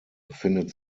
befindet